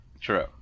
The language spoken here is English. True